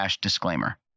disclaimer